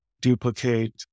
duplicate